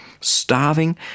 starving